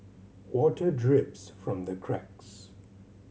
water drips from the cracks